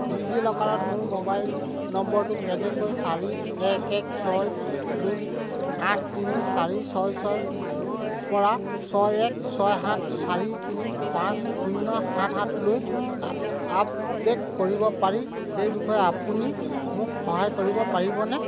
ডিজিলকাৰত মোৰ মোবাইল নম্বৰটো কেনেকৈ চাৰি এক এক ছয় দুই আঠ তিনি চাৰি ছয় ছয়ৰপৰা ছয় এক ছয় সাত চাৰি তিনি পাঁচ শূন্য সাত সাতলৈ আপডেট কৰিব পাৰি সেই বিষয়ে আপুনি মোক সহায় কৰিব পাৰিবনে